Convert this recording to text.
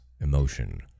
emotion